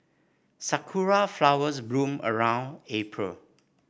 sakura flowers bloom around April